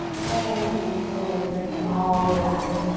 yay! and then slowly bring it all the way back.